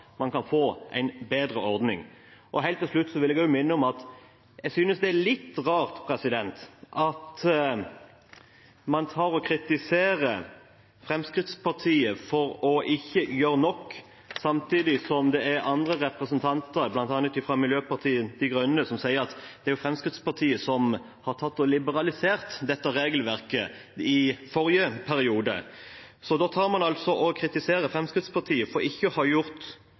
man kan gjøre for å få en bedre ordning. Helt til slutt vil jeg minne om at jeg synes det er litt rart at man kritiserer Fremskrittspartiet for ikke å gjøre nok, samtidig som det er andre representanter, bl.a. fra Miljøpartiet De Grønne, som sier at det var Fremskrittspartiet som liberaliserte dette regelverket i forrige periode. Man kritiserer altså Fremskrittspartiet for ikke å ha gjort